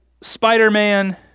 Spider-Man